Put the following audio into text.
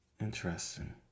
Interesting